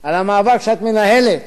על המאבק שאת מנהלת